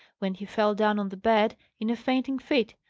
when he fell down on the bed in a fainting fit.